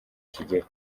kigeli